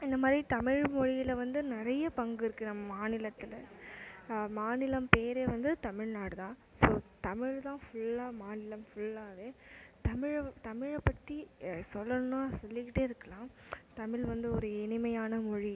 இந்த மாதிரி தமிழ் மொழியில் வந்து நிறைய பங்கு இருக்கு நம் மாநிலத்தில் மாநிலம் பேரே வந்து தமிழ்நாடு தான் ஸோ தமிழ் தான் ஃபுல்லாக மாநிலம் ஃபுல்லாகவே தமிழு தமிழ் பற்றி சொல்லனும்ன்னா சொல்லிகிட்டே இருக்கலாம் தமிழ் வந்து ஒரு இனிமையான மொழி